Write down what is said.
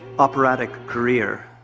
operatic career